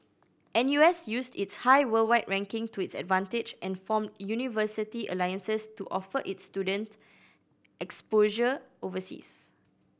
N U S used its high worldwide ranking to its advantage and formed university alliances to offer its student exposure overseas